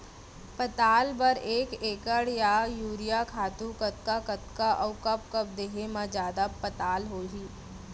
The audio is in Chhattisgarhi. पताल बर एक एकड़ म यूरिया खातू कतका कतका अऊ कब कब देहे म जादा पताल होही?